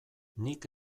nik